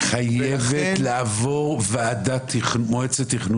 ולכן --- היא חייבת לעבור מועצת תכנון.